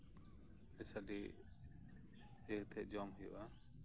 ᱥᱟᱰᱮ ᱤᱭᱟᱹ ᱠᱟᱛᱮ ᱡᱚᱢ ᱦᱳᱭᱳᱜᱼᱟ